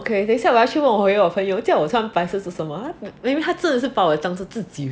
okay 等下我要去问回我朋友叫我穿白色是什么他真的是把我当作自己人